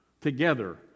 together